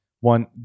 one